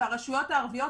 והרשויות הערביות,